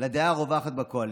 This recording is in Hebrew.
לדעה הרווחת בקואליציה.